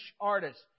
artist